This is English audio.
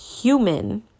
human